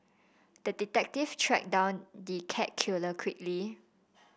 the detective tracked down the cat killer quickly